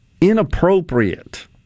inappropriate